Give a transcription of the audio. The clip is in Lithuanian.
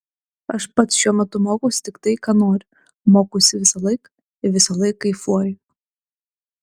aš pats šiuo metu mokausi tik tai ką noriu mokausi visąlaik ir visąlaik kaifuoju